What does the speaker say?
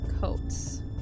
coats